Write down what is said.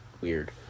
weird